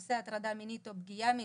בנושא הטרדה מינית או פגיעה מינית.